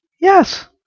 Yes